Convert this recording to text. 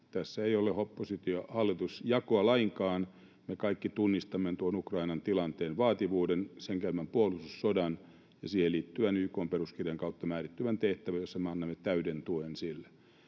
Tässä ei ole oppositio—hallitus-jakoa lainkaan. Me kaikki tunnistamme tuon Ukrainan tilanteen vaativuuden, sen käymän puolustussodan ja siihen liittyvän, YK:n peruskirjan kautta määrittyvän tehtävän, jossa me annamme täyden tuen sille.